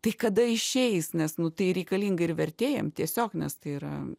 tai kada išeis nes nu tai reikalinga ir vertėjam tiesiog nes tai yra